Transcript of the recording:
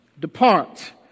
Depart